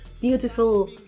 beautiful